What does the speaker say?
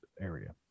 area